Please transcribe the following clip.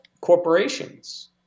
corporations